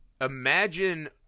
imagine